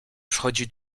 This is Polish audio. przychodzi